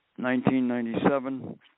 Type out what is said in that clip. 1997